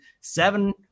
Seven-